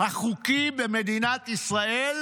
החוקי במדינת ישראל,